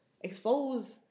Expose